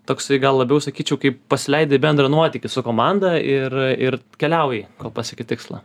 toksai gal labiau sakyčiau kaip pasileidi į bendrą nuotykį su komanda ir keliauji kol pasieki tikslą